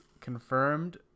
confirmed